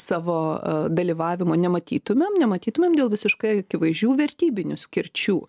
savo dalyvavimo nematytumėm nematytumėm dėl visiškai akivaizdžių vertybinių skirčių